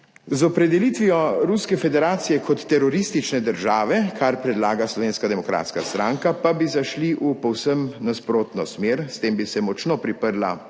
Z opredelitvijo Ruske federacije kot teroristične države, kar predlaga Slovenska demokratska stranka, pa bi zašli v povsem nasprotno smer, s tem bi se močno priprla